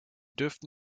dürften